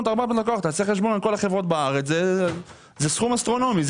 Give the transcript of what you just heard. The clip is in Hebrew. תעשה חשבון על כל החברות בארץ זה מספר אסטרונומי.